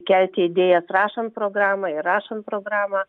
kelti idėjas rašant programą įrašant programą